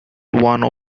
one